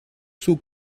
sub